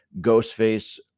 Ghostface